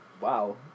Wow